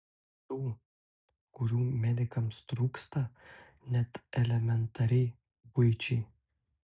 tų kurių medikams trūksta net elementariai buičiai